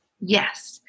Yes